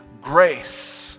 grace